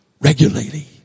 regularly